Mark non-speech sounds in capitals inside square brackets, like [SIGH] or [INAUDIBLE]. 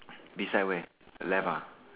[NOISE] beside where left ah